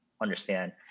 understand